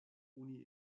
oni